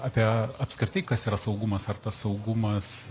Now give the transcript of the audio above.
apie apskritai kas yra saugumas ar tas saugumas